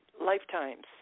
lifetimes